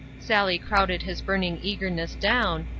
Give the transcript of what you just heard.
sally crowded his burning eagerness down,